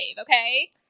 okay